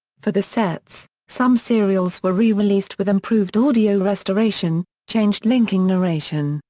for the sets, some serials were re-released with improved audio restoration, changed linking narration,